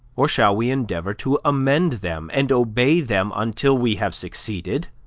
or shall we endeavor to amend them, and obey them until we have succeeded,